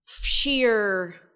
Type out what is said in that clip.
sheer